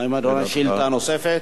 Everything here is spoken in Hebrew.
שאלה נוספת.